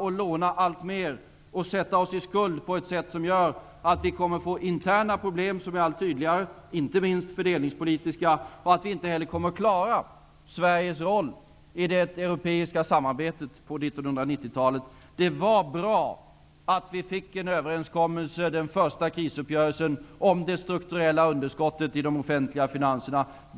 och låna alltmer, att sätta oss i skuld på ett sätt som gör att vi kommer att få interna problem som blir allt tydligare, inte minst fördelningspolitiska. Vi kommer inte heller att klara Sveriges roll i det europeiska samarbetet på 1990-talet. Det var bra att vi fick en överenskommelse, den första krisuppgörelsen, om det strukturella underskottet i de offentliga finanserna.